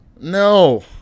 No